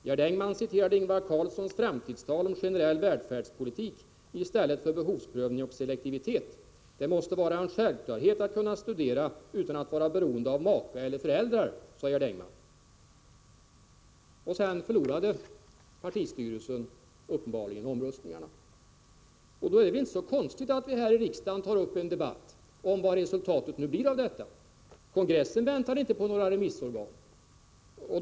Gerd Engman citerade Ingvar Carlssons framtidstal om generell välfärdspolitik i stället för behovsprövning och selektivitet. — Det måste vara en självklarhet att kunna studera utan att vara beroende av make eller föräldrar.” Sedan förlorade partistyrelsen uppenbarligen omröstningarna. Det är då inte så konstigt att vi här i riksdagen tar upp en debatt om vad resultatet av detta nu blir. Kongressen väntade inte på några remissyttranden.